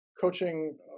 coaching